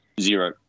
Zero